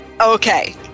Okay